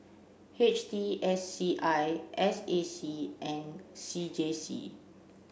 H T S C I S A C and C J C